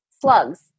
slugs